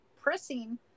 pressing